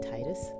Titus